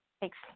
Thanks